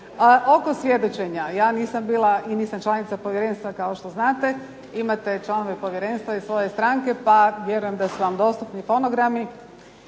Oko svjedočenja, ja nisam bila i nisam članica povjerenstva kao što znate. Imate članove povjerenstva iz svoje stranke pa vjerujem da su vam dostupni fonogrami.